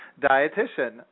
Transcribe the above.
dietitian